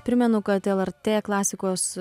primenu kad lrt klasikos